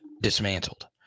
dismantled